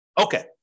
Okay